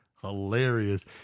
hilarious